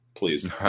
Please